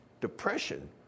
depression